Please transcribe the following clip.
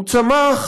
הוא צמח